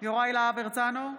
יוראי להב הרצנו,